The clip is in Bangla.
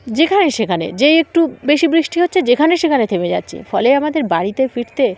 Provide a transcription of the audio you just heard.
যেখানে সেখানে যেই একটু বেশি বৃষ্টি হচ্ছে যেখানে সেখানে থেমে যাচ্ছে ফলে আমাদের বাড়িতে ফিরতে